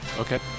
Okay